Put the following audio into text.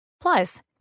Plus